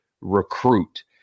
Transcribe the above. recruit